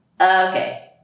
Okay